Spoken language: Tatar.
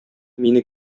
мине